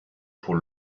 pour